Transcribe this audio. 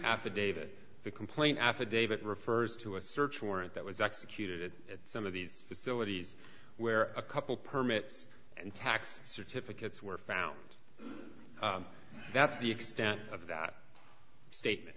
affidavit the complaint affidavit refers to a search warrant that was executed at some of these facilities where a couple permits and tax certificates were found that's the extent of that statement